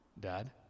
dad